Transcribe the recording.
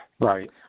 Right